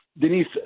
Denise